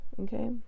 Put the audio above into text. Okay